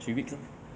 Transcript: three weeks ha